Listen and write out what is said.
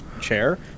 chair